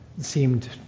seemed